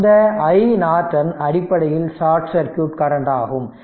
அந்த i Norton அடிப்படையில் short circuit current ஆகும்